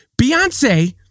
Beyonce